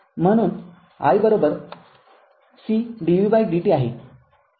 म्हणून i c dvdt आहे